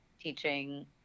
teaching